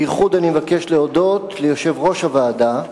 בייחוד אני מבקש להודות ליושב-ראש הוועדה,